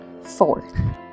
Four